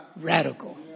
Radical